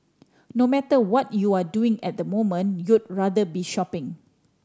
no matter what you're doing at the moment you'd rather be shopping